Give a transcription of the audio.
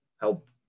help